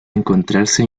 encontrarse